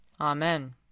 Amen